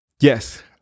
yes